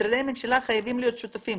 משרדי הממשלה חייבים להיות שותפים,